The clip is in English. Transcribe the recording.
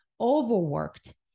overworked